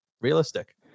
realistic